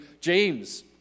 James